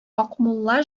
акмулла